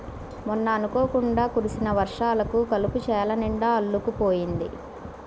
మొన్న అనుకోకుండా కురిసిన వర్షాలకు కలుపు చేలనిండా అల్లుకుపోయింది